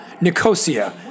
Nicosia